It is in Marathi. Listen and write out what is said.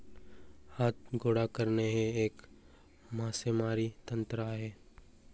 हात गोळा करणे हे एक मासेमारी तंत्र आहे